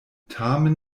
tamen